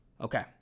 okay